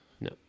No